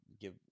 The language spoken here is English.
give